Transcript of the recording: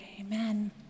Amen